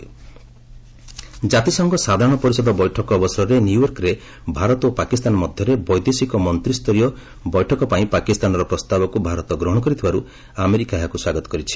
US Indo Pak ଜାତିସଂଘ ସାଧାରଣ ପରିଷଦ ବୈଠକ ଅବସରରେ ନ୍ୟୟର୍କରେ ଭାରତ ଓ ପାକିସ୍ତାନ ମଧ୍ୟରେ ବୈଦେଶିକ ମନ୍ତ୍ରୀୟ ବୈଠକ ପାଇଁ ପାକିସ୍ତାନର ପ୍ରସ୍ତାବକ୍ର ଭାରତ ଗ୍ରହଣ କରିଥିବାର୍ତ ଆମେରିକା ଏହାକୁ ସ୍ୱାଗତ କରିଛି